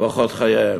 ואורחות חייהם,